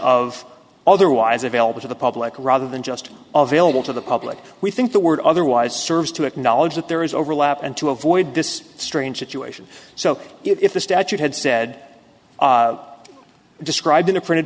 of otherwise available to the public rather than just of ailill to the public we think the word otherwise serves to acknowledge that there is overlap and to avoid this strange situation so if the statute had said described in a printed